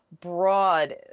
broad